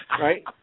Right